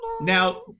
now